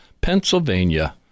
Pennsylvania